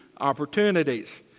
opportunities